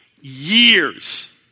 years